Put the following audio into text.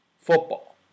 football